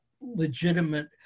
legitimate